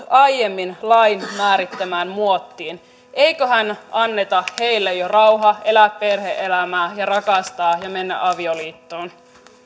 aiemmin lain määrittämään muottiin eiköhän anneta heille jo rauha elää perhe elämää ja rakastaa ja mennä avioliittoon